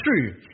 true